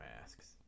masks